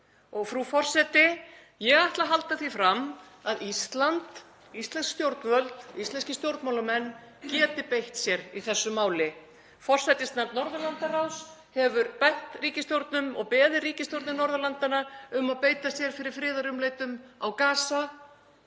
Frú forseti. Ég ætla að halda því fram að Ísland, íslensk stjórnvöld, íslenskir stjórnmálamenn, geti beitt sér í þessu máli. Forsætisnefnd Norðurlandaráðs hefur beðið ríkisstjórnir Norðurlandanna um að beita sér fyrir friðarumleitunum á Gaza.